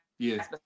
Yes